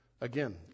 Again